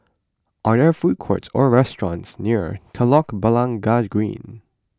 are there food courts or restaurants near Telok Blangah Green